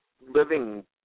living